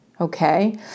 okay